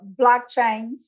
blockchains